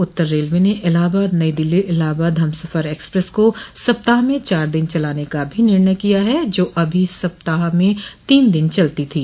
उत्तर railway ने Allahabad New Delhi Allahabad Humsafar express को सप्ताह में चार दिन चलाने का भी निर्णय किया है जो अभी तक सप्ताह में तीन दिन चलती थी